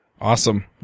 Awesome